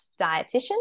dietitian